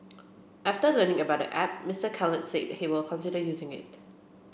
after learning about the app Mr Khalid said he will consider using it